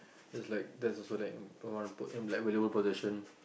it's like there's also like put like in a livable position